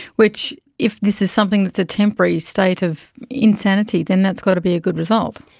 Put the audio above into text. which, if this is something that's a temporary state of insanity, then that's got to be a good result.